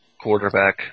quarterback